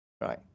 right